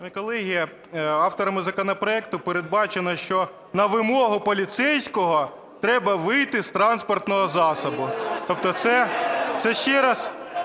колеги, авторами законопроекту передбачено, що на вимогу поліцейського треба вийти з транспортного засобу. Тобто це ще раз…